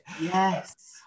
Yes